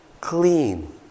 clean